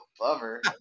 lover